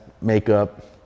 makeup